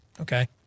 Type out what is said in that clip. okay